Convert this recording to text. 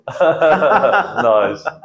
Nice